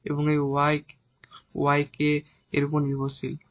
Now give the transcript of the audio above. এবং এই 𝑌 k এর ওপর নির্ভরশীল ভেরিয়েবল